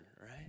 right